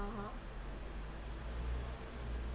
(uh huh)